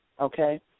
okay